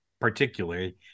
particularly